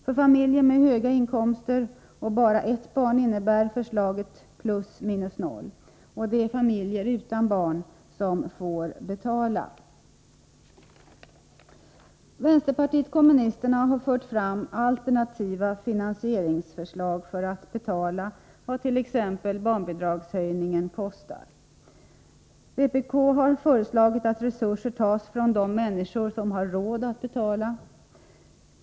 För familjer med höga inkomster och bara ett barn innebär förslaget plus minus noll. Det är familjer utan barn som får betala. Vänsterpartiet kommunisterna har fört fram alternativa finansieringsförslag för att betala vad t.ex. barnbidragshöjningen kostar. Vpk har föreslagit att resurser tas från de människor som har råd att betala.